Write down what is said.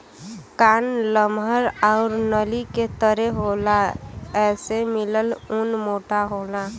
कान लमहर आउर नली के तरे होला एसे मिलल ऊन मोटा होला